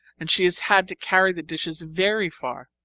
and she has had to carry the dishes very far,